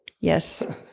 Yes